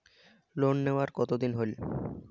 Loan নেওয়ার কতদিন হইল?